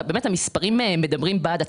המספרים מדברים בעד עצמם.